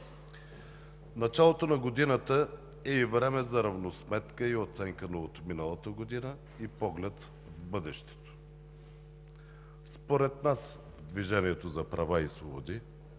Началото на годината е време за равносметка, оценка на отминалата година и поглед в бъдещето. Според нас в „Движение за права и свободи“